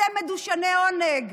אתם מדושני עונג,